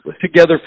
together